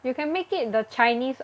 you can make it the Chinese